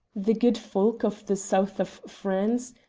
the good folk of the south of france,